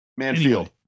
Manfield